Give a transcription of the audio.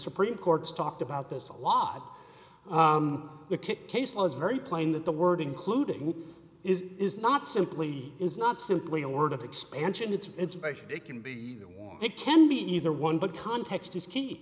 supreme court's talked about this a lot it kick case law is very plain that the word including is is not simply is not simply a word of expansion it's education it can be it can be either one but context is key